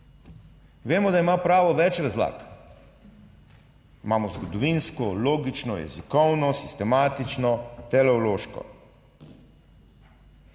Vemo, da ima pravo več razlag, imamo zgodovinsko, logično, jezikovno, sistematično, teleološko.